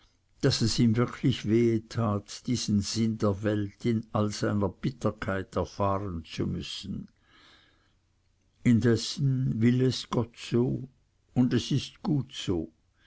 daß es ihm wirklich wehe tat diesen sinn der welt in all seiner bitterkeit erfahren zu müssen indessen will es gott so und es ist gut so